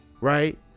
right